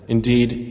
Indeed